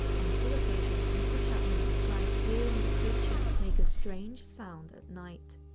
on two occasions, mr chapman described hearing the creature make a strange sound at night.